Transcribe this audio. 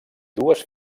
dues